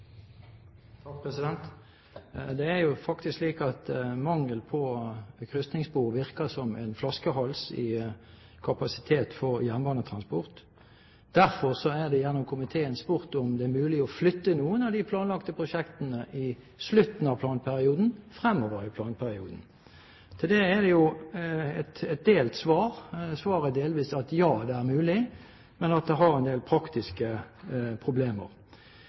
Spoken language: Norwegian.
jo faktisk slik at mangel på krysningsspor virker som en flaskehals på kapasiteten for jernbanetransport. Derfor har komiteen spurt om det er mulig å flytte noen av de planlagte prosjektene i slutten av planperioden fremover i planperioden. Til det er det et delt svar. Svaret er delvis at det er mulig, men at det har en del praktiske